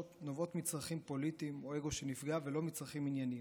נובעות מצרכים פוליטיים או אגו שנפגע ולא מצרכים ענייניים.